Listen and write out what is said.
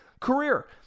career